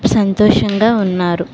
సంతోషంగా ఉన్నారు